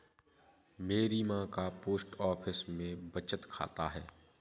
मेरी मां का पोस्ट ऑफिस में बचत खाता है